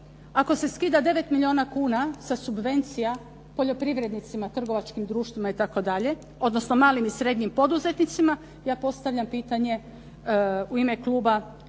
ako se skida 9 milijuna kuna sa subvencija poljoprivrednicima, trgovačkim društvima itd. odnosno malim i srednjim poduzetnicima ja postavljam pitanje u ime kluba